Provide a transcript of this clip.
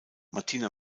martina